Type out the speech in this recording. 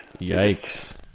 Yikes